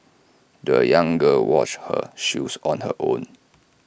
the young girl washed her shoes on her own